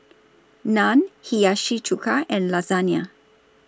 Naan Hiyashi Chuka and Lasagna